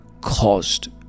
caused